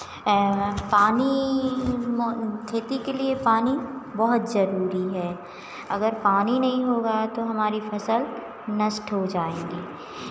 पानी खेती के लिए पानी बहुत ज़रूरी है अगर पानी नहीं होगा तो हमारी फसल नष्ट हो जाएंगी